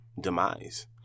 demise